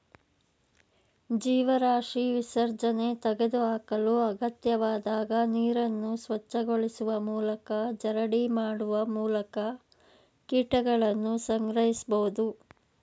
ಜೀವರಾಶಿ ವಿಸರ್ಜನೆ ತೆಗೆದುಹಾಕಲು ಅಗತ್ಯವಾದಾಗ ನೀರನ್ನು ಸ್ವಚ್ಛಗೊಳಿಸುವ ಮೂಲಕ ಜರಡಿ ಮಾಡುವ ಮೂಲಕ ಕೀಟಗಳನ್ನು ಸಂಗ್ರಹಿಸ್ಬೋದು